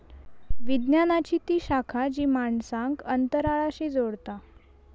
विज्ञानाची ती शाखा जी माणसांक अंतराळाशी जोडता